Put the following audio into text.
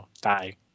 die